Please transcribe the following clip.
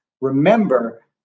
remember